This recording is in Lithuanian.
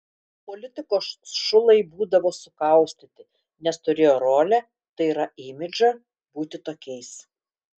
politikos šulai būdavo sukaustyti nes turėjo rolę tai yra imidžą būti tokiais